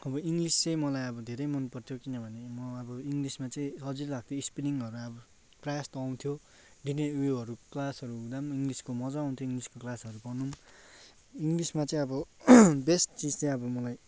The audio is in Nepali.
अब इङ्लिस चाहिँ मलाई अब धेरै मन पर्थ्यो किनभने म अब इङ्लिसमा चाहिँ सजिलो लाग्थ्यो स्पेलिङहरू अब प्रायः जस्तो आउँथ्यो डेली उयोहरू क्लासहरू हुँदा पनि इङ्लिसको मजा आउँथ्यो इङ्लिस क्लासहरू गर्नु पनि इङ्लिसमा चाहिँ आबो बेस्ट चिज चाहिँ अब मलाई